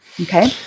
Okay